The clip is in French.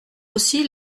aussi